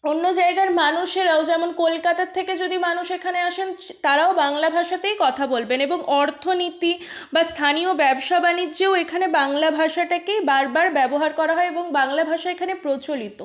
অন্য জায়গার মানুষেরাও যেমন কলকাতার থেকে যদি মানুষ এখানে আসেন তারাও বাংলা ভাষাতেই কথা বলবেন এবং অর্থনীতি বা স্থানীয় ব্যবসা বাণিজ্যেও এখানে বাংলা ভাষাটাকেই বারবার ব্যবহার করা হয় এবং বাংলা ভাষা এখানে প্রচলিত